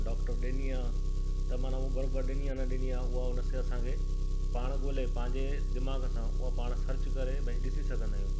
doctor ॾिनी आहे त माना हूअ बराबरि ॾिनी आहे न ॾिनी आहे उहा उन से असां खे पाण ॻोल्हे पंहिंजे दीमाग़ु सां उहा पाण सर्च करे भाई ॾिसी सघंदा आहियूं